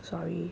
sorry